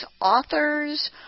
authors